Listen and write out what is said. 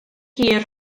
hir